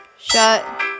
Shut